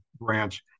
branch